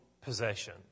possession